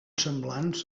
semblants